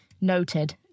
noted